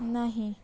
नहि